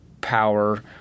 power